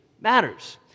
matters